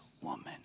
woman